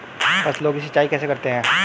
फसलों की सिंचाई कैसे करते हैं?